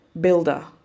builder